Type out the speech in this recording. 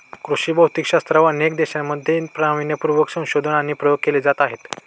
कृषी भौतिकशास्त्रावर अनेक देशांमध्ये नावीन्यपूर्ण संशोधन आणि प्रयोग केले जात आहेत